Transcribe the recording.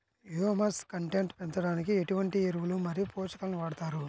Humus content పెంచడానికి ఎటువంటి ఎరువులు మరియు పోషకాలను వాడతారు?